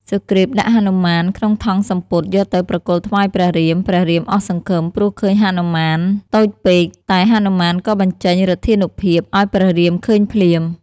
សុគ្រីព ដាក់ហនុមានក្នុងថង់សំពត់ យកទៅប្រគល់ថ្វាយព្រះរាម ព្រះរាមអស់សង្ឃឹម ព្រោះឃើញហនុមាន តូចពេក តែហនុមានក៏បញ្ចេញឫទ្ធានុភាព ឱ្យព្រះរាមឃើញភ្លាម។